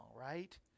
right